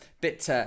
bit